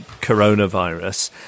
coronavirus